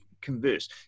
converse